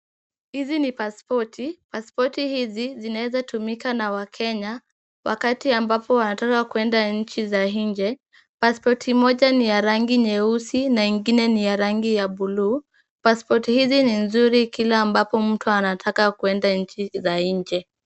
Hizi ni pasipoti, pasipoti hizi zinawezatumika na wakenya wakati ambapo wanataka kuenda nchi za nje. Pasipoti moja ni ya rangi nyeusi na ingine ni ya rangi ya buluu. Pasipoti hizi ni nzuri kila ambapo mtu anataka kwenda nchi za nje.